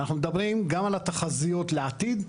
ואנחנו מדברים גם על התחזיות לעתיד.